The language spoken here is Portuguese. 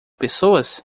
pessoas